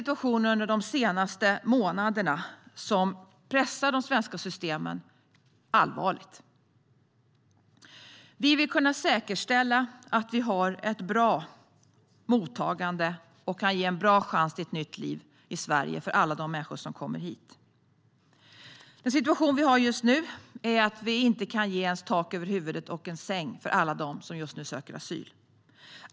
Under de senaste månaderna har situationen pressat de svenska systemen allvarligt. Vi vill kunna säkerställa ett bra mottagande och en bra chans till ett nytt liv i Sverige för alla de människor som kommer hit. Den situation som vi har just nu är att vi inte ens kan ge tak över huvudet och en säng för alla dem som söker asyl.